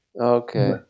Okay